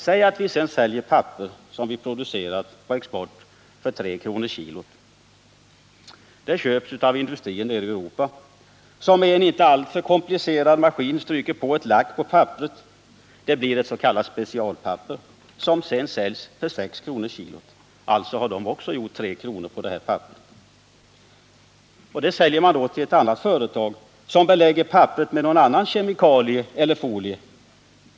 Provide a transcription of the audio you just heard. Säg att vi säljer det papper vi producerat på export för 3 kr. per kilo. Det köps av en industri nere i Europa som med en inte alltför komplicerad maski stryker på ett lack på papperet. Det blir ett s.k. specialpapper som sedan säljs för 6 kr. per kilo. Alltsa har också den ljs sedan till ett annat företag. som belägger det med en annan kemikalie eller folie i en industrin tjänar 3 kr. per kilo på det här pappret.